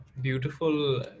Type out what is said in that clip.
beautiful